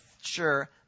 sure